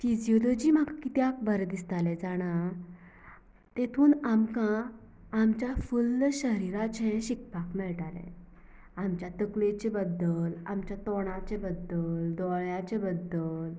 physiology म्हाका किद्याक बरें दिसतालें जाणा तेतून आमकां आमच्या फुल्ल शरिराचें शिकपाक मेळटालें आमच्या तकलेचे बद्दल आमच्या तोंडाच्या बद्दल दोळ्याच्या बद्दल